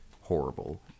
horrible